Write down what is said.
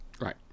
Right